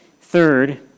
Third